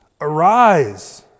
Arise